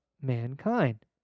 mankind